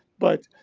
but